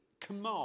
command